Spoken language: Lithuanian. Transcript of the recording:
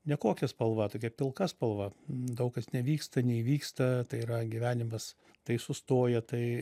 nekokia spalva tokia pilka spalva daug kas nevyksta neįvyksta tai yra gyvenimas tai sustoja tai